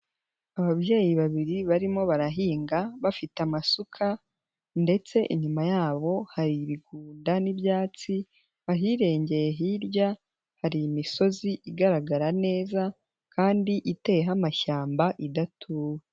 Ababyeyi babiri barimo barahinga bafite amasuka ndetse inyuma yabo hari ibigunda n'ibyatsi, ahirengeye hirya hari imisozi igaragara neza kandi iteyeho amashyamba idatuwe.